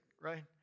right